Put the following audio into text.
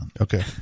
Okay